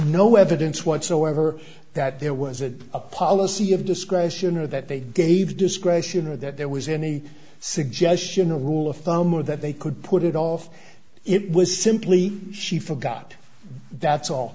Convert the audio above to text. no evidence whatsoever that there wasn't a policy of discretion or that they gave discretion or that there was any suggestion or rule of thumb or that they could put it off it was simply she forgot that's all